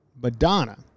Madonna